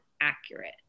accurate